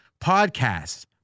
podcasts